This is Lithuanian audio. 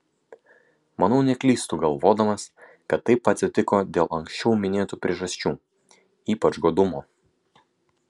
manau neklystu galvodamas kad taip atsitiko dėl anksčiau minėtų priežasčių ypač godumo